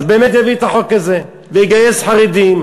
אז באמת יביא את החוק הזה ויגייס חרדים.